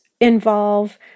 involve